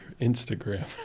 Instagram